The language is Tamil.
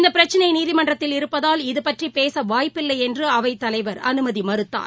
இந்த பிரச்சனை நீதிமன்றத்தில் இருப்பதால் இது பற்றி பேச வாய்ப்பில்லை என்று அவைத் தலைவர் அனுமதி மறுத்தார்